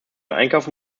einkaufen